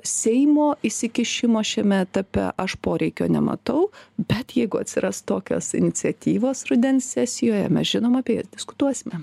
seimo įsikišimo šiame etape aš poreikio nematau bet jeigu atsiras tokios iniciatyvos rudens sesijoje mes žinoma apie jas diskutuosime